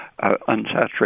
unsaturated